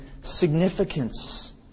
significance